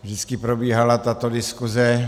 Vždycky probíhala tato diskuze.